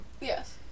Yes